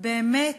באמת,